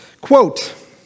Quote